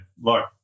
look